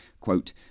quote